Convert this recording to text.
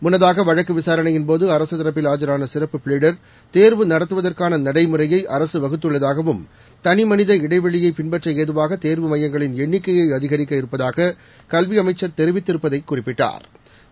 முன்னதாக வழக்கு விசாரணையின் போது அரசு தரப்பில் ஆஜரான சிறப்பு பிளீடர் தேர்வு நடத்துவதற்கான நடைமுறையை அரசு வகுத்துள்ளதாகவும் தனிமனித இடைவெளியை பின்பற்ற ஏதுவாக தோ்வு மையங்களின் எண்ணிக்கைய அதிகரிக்க இருப்பதாக கல்வி அமைச்சர் தெரிவித்திருப்பதை குறிப்பிட்டா்